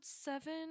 seven